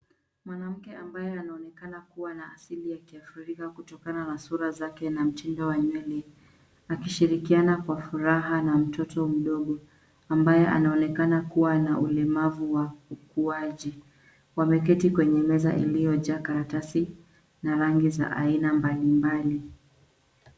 Mwanamke ambaye anaonekana kuwa na asili ya kiafrika kutokana na sura zake na mchano wa nywele. Akishirikiana kwa furaha na mtoto mdogo; ambaye anaonekena kuwa na ulemavu wa ukuaji. Wameketi kwenye meza iliyojaa karatasi na rangi za aina mbalimbali.